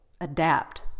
Adapt